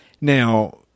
Now